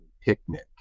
picnic